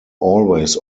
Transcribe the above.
always